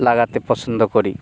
লাগাতে পছন্দ করি